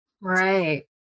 Right